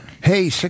hey